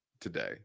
today